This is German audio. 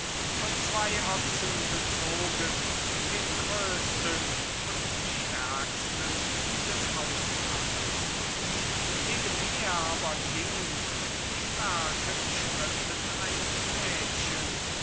von zwei ochsen gezogen den größten und stärksten des auslands nebenher aber ging mit starken schritten ein mädchen